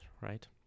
right